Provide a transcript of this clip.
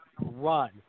run